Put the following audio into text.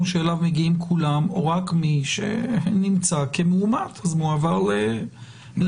אליו מגיעים כולם או רק מי שנמצא מאומת ומועבר למלונית.